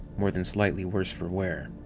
more than slightly worse for wear.